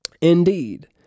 Indeed